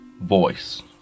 Voice